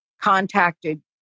contacted